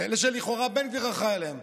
אלה שלכאורה בן גביר אחראי עליהם.